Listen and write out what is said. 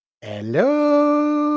Hello